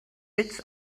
bits